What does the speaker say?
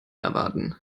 erwarten